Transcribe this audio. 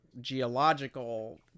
geological